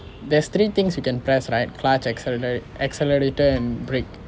there's three things you can press right clutch accele~ accelerator and brake